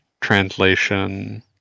translation